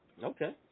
Okay